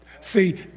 See